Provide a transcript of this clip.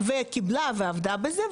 וקיבלה ועבדה בזה,